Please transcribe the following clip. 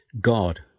God